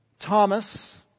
Thomas